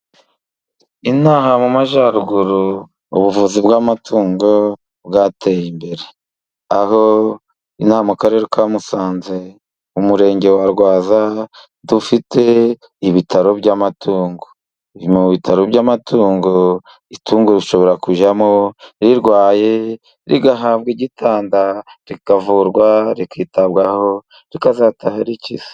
Aha mu Majyaruguru ubuvuzi bw'amatungo bwateye imbere aho inama mu Karere ka Musanze mu Murenge wa Rwaza dufite ibitaro by'amatungo, mu bitaro by'amatungo itungo rishobora kujyamo rirwaye rigahabwa igitanda rikavurwa rikitabwaho rikazataha rikize neza